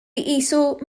qisu